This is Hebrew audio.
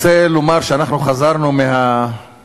רוצה לומר שאנחנו חזרנו מהפגרה